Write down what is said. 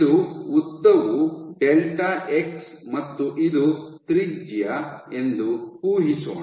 ಇದು ಉದ್ದವು delta x ಮತ್ತು ಇದು ತ್ರಿಜ್ಯ ಎಂದು ಊಹಿಸೋಣ